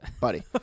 buddy